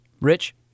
Rich